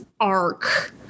arc